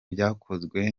byakozwe